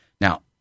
Now